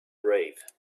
brave